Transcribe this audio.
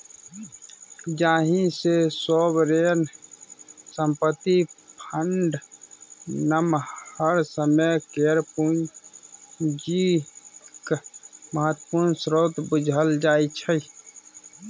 जाहि सँ सोवरेन संपत्ति फंड नमहर समय केर पुंजीक महत्वपूर्ण स्रोत बुझल जाइ छै